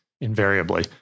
invariably